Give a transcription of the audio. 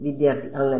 വിദ്യാർത്ഥി അങ്ങനെ